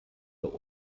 der